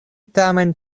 tamen